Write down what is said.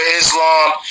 Islam